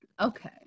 okay